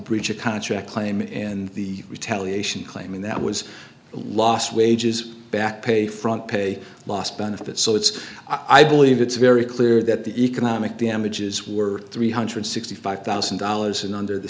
of contract claim and the retaliation claiming that was lost wages back pay front pay lost benefits so it's i believe it's very clear that the economic damages were three hundred sixty five thousand dollars and under the